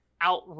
out